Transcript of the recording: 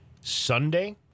Sunday